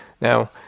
Now